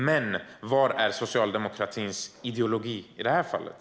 Men var är socialdemokratins ideologi i det här fallet?